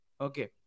Okay